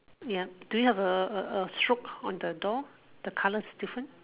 ya do you have a a a stroke on the door the colour difference